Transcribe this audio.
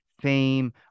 fame